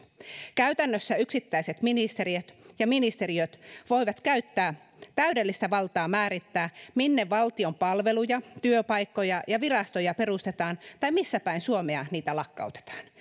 käytännössä yksittäiset ministerit ja ministeriöt voivat käyttää täydellistä valtaa määrittää minne valtion palveluja työpaikkoja ja virastoja perustetaan tai missä päin suomea niitä lakkautetaan